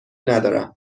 ندارم